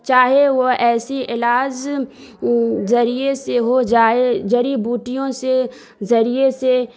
چاہے وہ ایسی علاج ذریعے سے ہو جائے جڑی بوٹیوں سے ذریعے سے